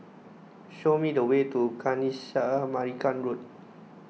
show me the way to Kanisha Marican Road